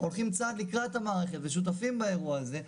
הולכים צעד לקראת המערכת ושותפים באירוע הזה,